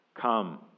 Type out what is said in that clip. Come